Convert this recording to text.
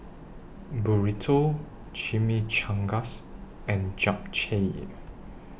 Burrito Chimichangas and Japchae